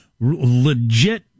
legit